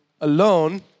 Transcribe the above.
alone